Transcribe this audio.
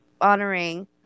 honoring